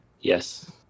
Yes